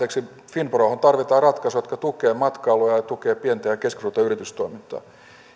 finprohon tarvitaan ratkaisuja jotka tukevat matkailua ja ja tukevat pientä ja keskisuurta yritystoimintaa